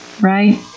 Right